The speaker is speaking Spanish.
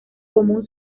común